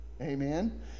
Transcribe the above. Amen